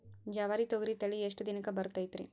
ಜವಾರಿ ತೊಗರಿ ತಳಿ ಎಷ್ಟ ದಿನಕ್ಕ ಬರತೈತ್ರಿ?